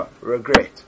Regret